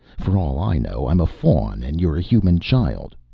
for all i know, i'm a faun and you're a human child.